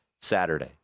Saturday